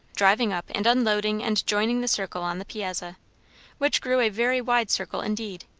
driving up and unloading and joining the circle on the piazza which grew a very wide circle indeed,